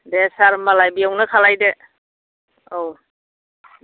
दे सार होनबालाय बेयावनो खालायदो औ